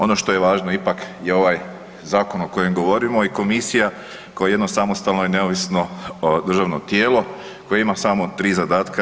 Ono što je važno ipak je ovaj zakon o kojem govorimo i komisija koja je jedno samostalno i neovisno državno tijelo koje ima samo 3 zadatka.